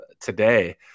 today